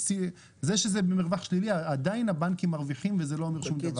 זה שזה במרווח שלילי עדיין הבנקים מרוויחים וזה לא אומר שום דבר.